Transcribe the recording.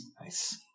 Nice